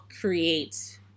create